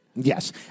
Yes